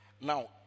now